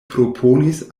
proponis